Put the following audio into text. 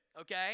Okay